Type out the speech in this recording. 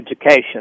education